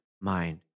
mind